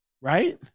Right